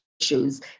issues